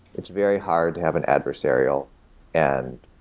it's very hard to have an adversarial and